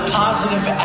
positive